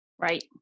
Right